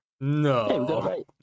No